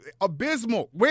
abysmal